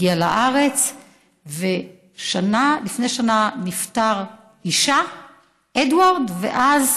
הגיעה לארץ, ולפני שנה נפטר אישהּ, אדוארד, ואז